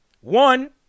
one